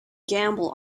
gamble